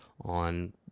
on